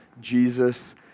Jesus